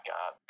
God